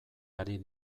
ari